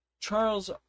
Charles